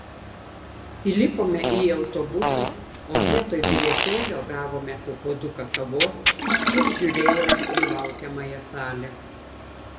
įlipome į autobusą o vietoj bilietėlio gavome po puoduką kavos ir žiūrėjome į laukiamąją salę